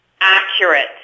accurate